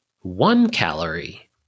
one-calorie